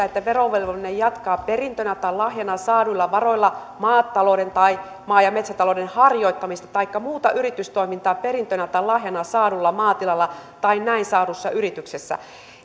että verovelvollinen jatkaa perintönä tai lahjana saaduilla varoilla maatalouden tai maa ja metsätalouden harjoittamista taikka muuta yritystoimintaa perintönä tai lahjana saadulla maatilalla tai näin saadussa yrityksessä